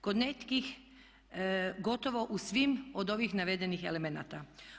Kod nekih gotovo u svim od ovih navedenih elemenata.